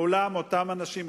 מעולם אותם אנשים,